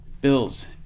Bills